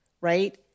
right